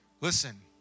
Listen